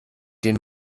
den